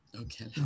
Okay